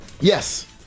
Yes